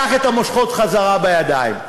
קח את המושכות חזרה לידיים.